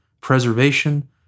preservation